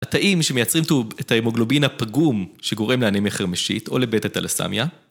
התאים שמייצרים את ההמוגלובין הפגום שגורם לאנמיה חרמשית או לביטא טלסמיה?